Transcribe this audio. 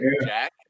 Jack